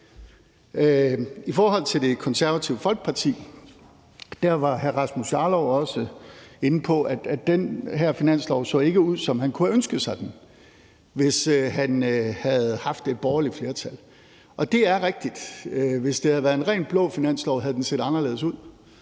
I forhold til Det Konservative Folkeparti vil jeg sige, at hr. Rasmus Jarlov også var inde på, at den her finanslov ikke så ud, som han kunne have ønsket sig den, hvis han havde haft et borgerligt flertal – og det er rigtigt. Hvis det havde været en rent blå finanslov, havde den set anderledes ud,